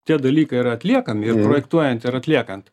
tie dalykai yra atliekami ir projektuojant ir atliekant